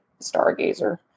Stargazer